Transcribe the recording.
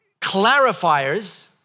clarifiers